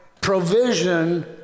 provision